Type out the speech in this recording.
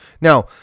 Now